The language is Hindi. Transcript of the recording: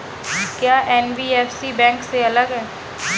क्या एन.बी.एफ.सी बैंक से अलग है?